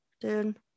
dude